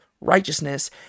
righteousness